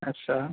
yes sir